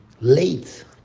late